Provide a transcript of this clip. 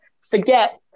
forget